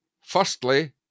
Firstly